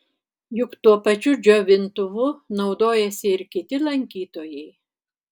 juk tuo pačiu džiovintuvu naudojasi ir kiti lankytojai